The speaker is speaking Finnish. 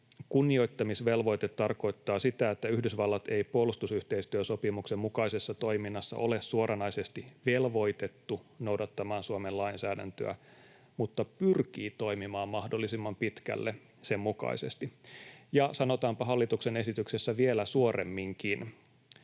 kunnioittamisvelvoite tarkoittaa sitä, että Yhdysvallat ei puolustusyhteistyösopimuksen mukaisessa toiminnassa ole suoranaisesti velvoitettu noudattamaan Suomen lainsäädäntöä mutta pyrkii toimimaan mahdollisimman pitkälle sen mukaisesti. Sanotaanpa hallituksen esityksessä vielä suoremminkin: